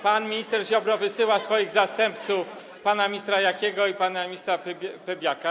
Pan minister Ziobro wysyła swoich zastępców, pana ministra Jakiego i pana ministra Piebiaka.